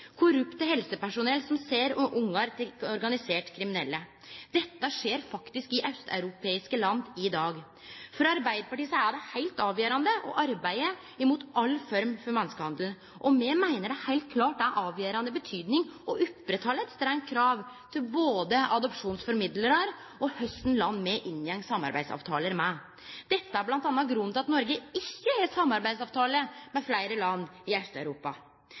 korrupt helsepersonell som sel barn til organiserte kriminelle – og den biologiske mora får beskjed om at barnet var dødfødd. Dette skjer faktisk i austeuropeiske land i dag. For Arbeidarpartiet er det heilt avgjerande å arbeide mot all form for menneskehandel. Me meiner heilt klart at det er av avgjerande betyding å halde ved lag eit strengt krav til både adopsjonsformidlarar og dei landa me inngår samarbeidsavtale med. Dette er m.a. grunnen til at Noreg ikkje har samarbeidsavtale med fleire land